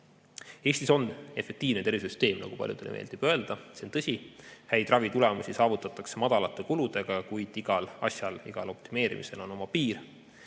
Eestis on efektiivne tervishoiu süsteem, nagu paljudele meeldib öelda. See on tõsi. Häid ravitulemusi saavutatakse madalate kuludega, kuid igal asjal, igal optimeerimisel on oma piir.